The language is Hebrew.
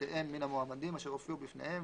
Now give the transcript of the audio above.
התרשמויותיהם מן המועמדים אשר הופיעו בפניהם,